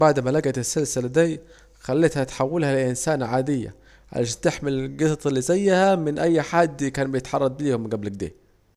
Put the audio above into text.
بعد ما لجيت السلسلة دي، خليتها تحولها لانسانة عاديةـ عشان تحمي الجطط الي زيها من أي حد كان بيتعرض ليهم جبل اكده